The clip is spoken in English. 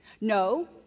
No